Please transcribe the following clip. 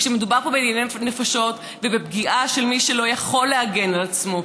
מדובר בדיני נפשות ובפגיעה במי שלא יכול להגן על עצמו,